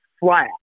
flat